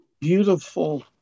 beautiful